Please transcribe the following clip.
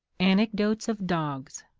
anecdotes of dogs.